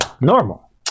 normal